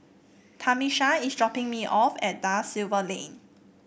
Tamisha is dropping me off at Da Silva Lane